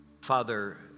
Father